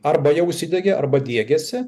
arba jau įsidiegė arba diegiasi